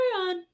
on